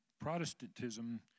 Protestantism